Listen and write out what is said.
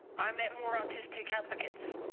i met more autistic advocates.